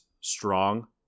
strong